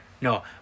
No